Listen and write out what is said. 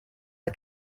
are